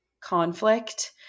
conflict